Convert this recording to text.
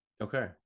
Okay